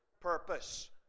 Purpose